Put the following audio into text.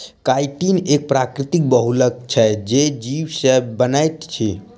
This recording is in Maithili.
काइटिन एक प्राकृतिक बहुलक छै जे जीव से बनैत अछि